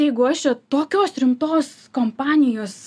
jeigu aš čia tokios rimtos kompanijos